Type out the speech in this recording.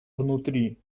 внутри